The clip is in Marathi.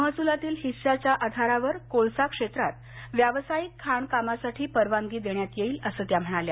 महसूलातील हिश्श्याच्या आधारावर कोळसा क्षेत्रात व्यावसायिक खाणकामासाठी परवानगी देण्यात येईल असं त्या म्हणाल्या